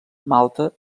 malta